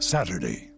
Saturday